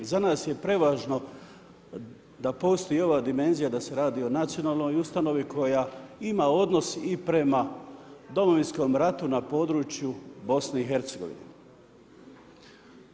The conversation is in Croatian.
Za nas je prevažno da postoji ova dimenzija da se radi o nacionalnoj ustanovi koja ima odnos i prema Domovinskom ratu na području BiH-a.